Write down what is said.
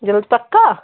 जल्द पक्का